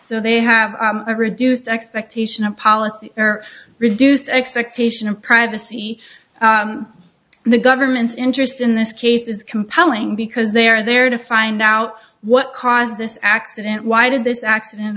so they have a reduced expectation of policy or reduced expectation of privacy the government's interest in this case is compelling because they are there to find out what caused this accident why did this accident